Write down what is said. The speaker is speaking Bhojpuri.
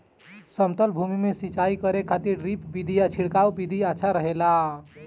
समतल भूमि में सिंचाई करे खातिर ड्रिप विधि या छिड़काव विधि अच्छा रहेला?